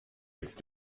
jetzt